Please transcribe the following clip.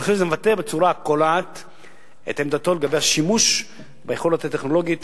אני חושב שזה מבטא בצורה הקולעת את עמדתו לגבי השימוש ביכולת הטכנולוגית